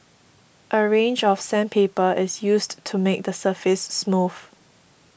a range of sandpaper is used to make the surface smooth